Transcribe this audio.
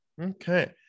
okay